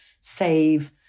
save